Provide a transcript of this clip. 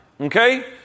Okay